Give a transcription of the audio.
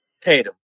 Tatum